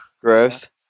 Gross